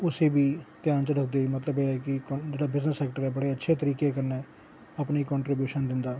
उस्सी बी ध्यान च रखदे होई मतलब कि जेह्ड़ा बिजनस सैक्टर ऐ बड़े अच्छे तरिके कन्ने अपनी कांट्रीब्यूशन दिंदा